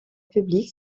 publique